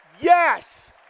Yes